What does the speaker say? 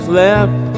left